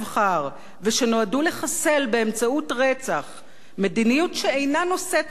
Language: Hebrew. לחסל באמצעות רצח מדיניות שאינה נושאת חן בעיני מישהו,